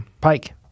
Pike